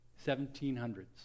1700s